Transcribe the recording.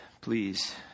please